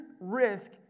risk